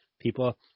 people